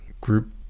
group